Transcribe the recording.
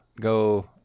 go